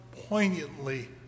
poignantly